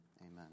Amen